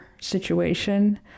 situation